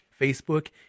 Facebook